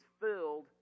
filled